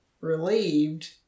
relieved